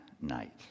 night